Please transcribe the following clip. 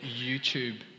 YouTube